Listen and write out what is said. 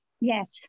Yes